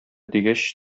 дигәч